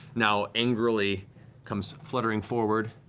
now angrily comes fluttering forward,